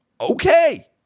okay